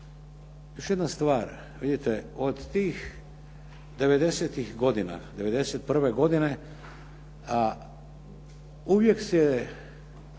Još jedna stvar. Vidite, od tih devedesetih godina, '91. godine uvijek su